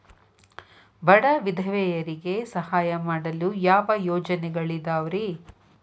ಬಡ ವಿಧವೆಯರಿಗೆ ಸಹಾಯ ಮಾಡಲು ಯಾವ ಯೋಜನೆಗಳಿದಾವ್ರಿ?